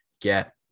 get